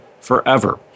forever